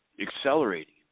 accelerating